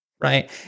Right